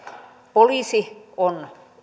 poliisi on